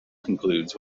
concludes